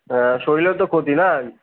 তা শরীরেও তো ক্ষতি না